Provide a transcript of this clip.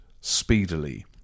speedily